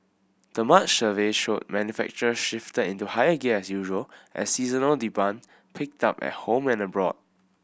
the March survey showed manufacturers shifted into higher gear as usual as seasonal demand picked up at home and abroad